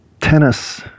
tennis